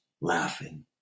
laughing